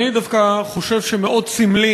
תודה, אני דווקא חושב שמאוד סמלי